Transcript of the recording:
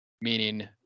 meaning